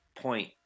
point